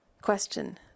question